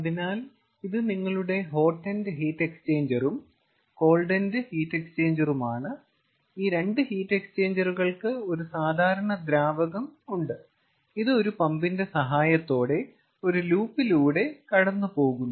അതിനാൽ ഇത് നിങ്ങളുടെ ഹോട്ട് എൻഡ് ഹീറ്റ് എക്സ്ചേഞ്ചറും കോൾഡ് എൻഡ് ഹീറ്റ് എക്സ്ചേഞ്ചറുമാണ് ഈ 2 ഹീറ്റ് എക്സ്ചേഞ്ചറുകൾക്ക് ഒരു സാധാരണ ദ്രാവകം ഉണ്ട് ഇത് ഒരു പമ്പിന്റെ സഹായത്തോടെ ഒരു ലൂപ്പിലൂടെ കടന്നുപോകുന്നു